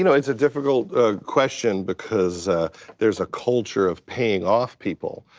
you know it's a difficult ah question because there's a culture of paying off people.